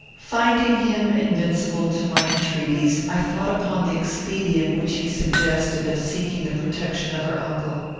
finding him invincible to my entreaties, i thought upon the expedient which he suggested of seeking the protection of her uncle.